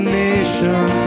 nation